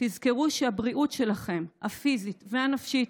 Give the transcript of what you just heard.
תזכרו שהבריאות שלכם, הפיזית והנפשית,